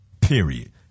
Period